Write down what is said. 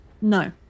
no